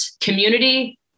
community